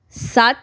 ਸੱਤ